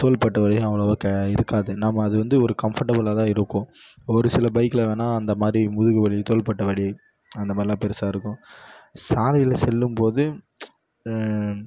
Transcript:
தோள்பட்டை வலியும் அவ்வளோவா த இருக்காது நாம அது வந்து ஒரு கம்ஃபர்டபுளாக தான் இருக்கும் ஒரு சில பைக்ல வேணுணா அந்த மாதிரி முதுகு வலி தோள்பட்டை வலி அந்த மாதிரிலாம் பெருசாக இருக்கும் சாலையில் செல்லும் போது